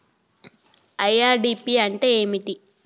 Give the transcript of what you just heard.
IRDP అంటే ఏమిటి?